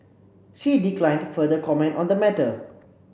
she declined further comment on the matter